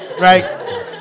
Right